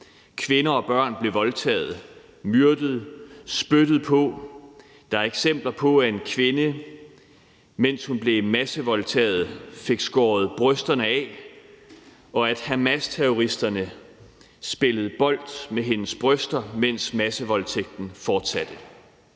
Kvinder og børn blev voldtaget, myrdet, spyttet på. Der er eksempler på, at en kvinde, mens hun blev massevoldtaget, fik skåret brysterne af, og at Hamasterroristerne spillede bold med hendes bryster, mens massevoldtægten fortsatte.